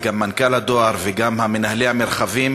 וגם עם מנכ"ל הדואר ועם מנהלי המרחבים,